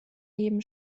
neben